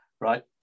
right